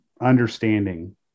understanding